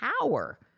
power